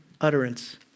utterance